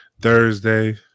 Thursday